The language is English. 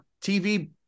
TV